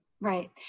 Right